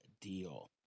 deal